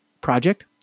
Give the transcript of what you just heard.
project